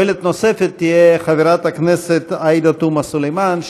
שואלת נוספת תהיה עאידה תומא סלימאן,